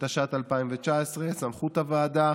התשע"ט 2019. סמכות הוועדה: